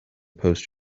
post